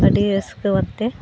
ᱟᱹᱰᱤ ᱨᱟᱹᱥᱠᱟᱹᱣ ᱟᱛᱮ